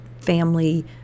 family